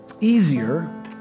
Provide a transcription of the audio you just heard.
easier